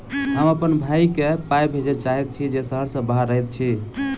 हम अप्पन भयई केँ पाई भेजे चाहइत छि जे सहर सँ बाहर रहइत अछि